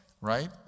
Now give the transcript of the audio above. right